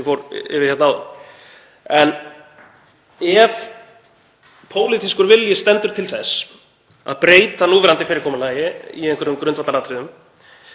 en ef pólitískur vilji stendur til þess að breyta núverandi fyrirkomulagi í einhverjum grundvallaratriðum,